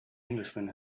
englishman